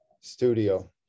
studio